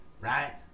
right